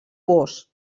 vós